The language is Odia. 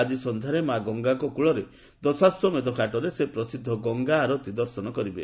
ଆଜି ସନ୍ଧ୍ୟାରେ ମା' ଗଙ୍ଗାଙ୍କ କୃଳରେ ଦଶାଶ୍ୱମେଧ ଘାଟରେ ସେ ପ୍ରସିଦ୍ଧ ଗଙ୍ଗା ଆରତୀ ଦର୍ଶନ କରିବେ